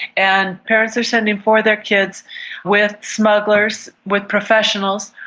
and parents are sending for their kids with smugglers, with professionals,